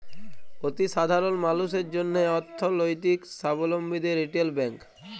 অতি সাধারল মালুসের জ্যনহে অথ্থলৈতিক সাবলম্বীদের রিটেল ব্যাংক